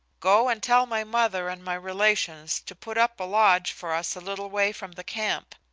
go and tell my mother and my relations to put up a lodge for us a little way from the camp,